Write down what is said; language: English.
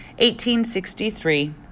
1863